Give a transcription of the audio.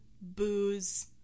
booze